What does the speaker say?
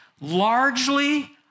largely